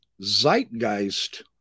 zeitgeist